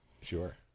sure